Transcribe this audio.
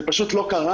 זה מעולם זה לא קרה.